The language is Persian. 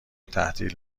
تحلیل